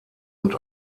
und